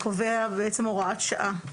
קובע בעצם הוראת שעה.